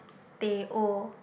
teh O